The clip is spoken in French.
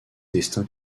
destin